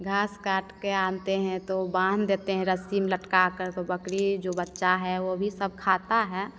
घास काटकर लाते हैं तो बाँध देते हैं रस्सी में लटकाकर बकरी जो बच्चा है वह भी सब खाता है